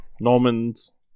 Norman's